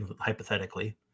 hypothetically